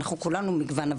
אנחנו כולנו מגוון,